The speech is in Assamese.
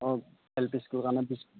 অঁ এল পি স্কুলৰ কাৰণে বিছখন